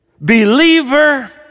believer